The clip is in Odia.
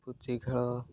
ପୁଚି ଖେଳ